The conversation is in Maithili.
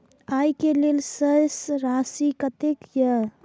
आय के लेल शेष राशि कतेक या?